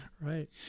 right